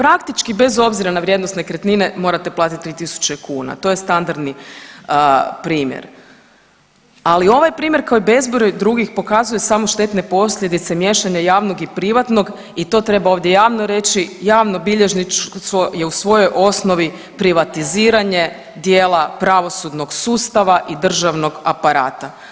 Praktički bez obzira na vrijednost nekretnine morate platiti 3000 kuna, to je standardni primjer, ali ovaj primjer, kao i bezbroj drugih pokazuje samo štetne posljedice i miješanje javnog i privatnog i to treba ovdje javno reći, javno bilježništvo je u svojoj osnovi privatiziranje dijela pravosudnog sustava i državnog aparata.